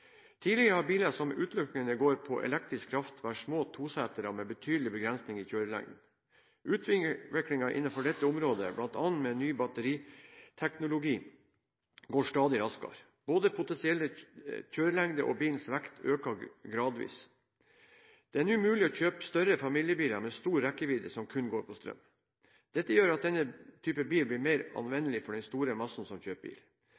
Tidligere har biler som utelukkende går på elektrisk kraft, vært små tosetere med betydelig begrensning i kjørelengden. Utviklingen innenfor dette området, bl.a. med ny batteriteknologi, går stadig raskere. Både potensiell kjørelengde og bilens vekt øker gradvis. Det er nå mulig å kjøpe større familiebiler, med stor rekkevidde, som kun går på strøm. Det gjør at denne type bil blir mer anvendelig for den store massen som kjøper